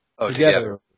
together